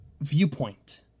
viewpoint